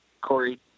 Corey